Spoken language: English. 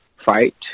fight